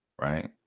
Right